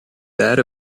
that